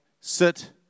sit